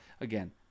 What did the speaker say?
again